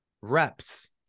reps